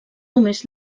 només